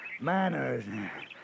manners